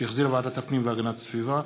שהחזירה ועדת הפנים והגנת הסביבה,